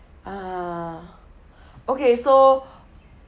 ah okay so